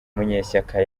munyeshyaka